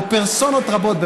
או פרסונות רבות,